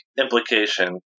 implication